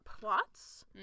plots